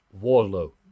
Warlow